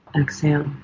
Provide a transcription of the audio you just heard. Exhale